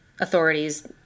authorities